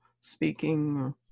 speaking